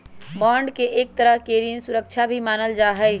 bond के एक तरह के ऋण सुरक्षा भी मानल जा हई